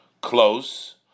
close